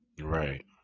right